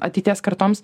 ateities kartoms